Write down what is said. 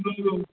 हूँ हूँ